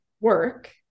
work